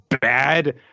bad